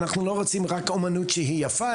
אנחנו לא רוצים רק אמנות שהיא יפה,